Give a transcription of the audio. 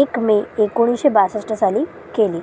एक मे एकोणीसशे बासष्ट साली केली